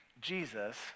Jesus